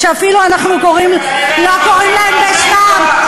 שאפילו אנחנו לא קוראים להם בשמם.